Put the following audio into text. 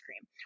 cream